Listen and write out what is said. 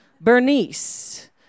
Bernice